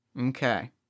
Okay